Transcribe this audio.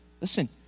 Listen